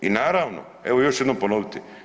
I naravno, evo još jednom ću ponoviti.